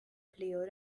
player